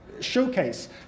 showcase